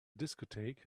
discotheque